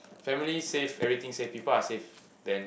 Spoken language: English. family safe everything safe people are safe then